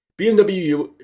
BMW